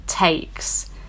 takes